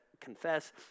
confess